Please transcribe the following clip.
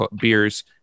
beers